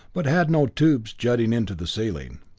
but had no tubes jutting into the ceiling.